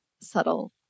subtle